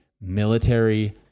military